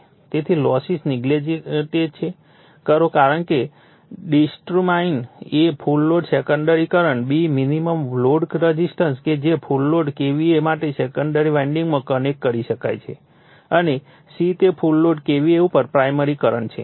તેથી losses neglect કરો તો determine a full load secondary current b minimum load resistance કે જે ફુલ લોડ KVA માટે સેકન્ડરી વાઇન્ડિંગમાં કનેક્ટ કરી શકાય છે અને c તે ફુલ લોડ KVA ઉપર પ્રાઇમરી કરંટ છે